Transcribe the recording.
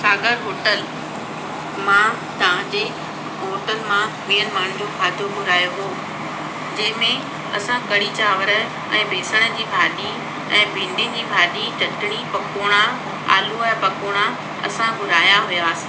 सागर hotel मां तव्हां जे होटल मां वीह माण्हुनि जो खाधो घुरायो हुओ जंहिंमें असां कढ़ी चांवर ऐं बेसण जी भाॼी ऐं भींडियुनि जी भाॼी चटिणी पकोड़ा आलूअ जा पकोड़ा असां घुराया हुआसीं